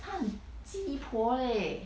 她很鸡婆 leh